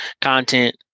content